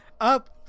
Up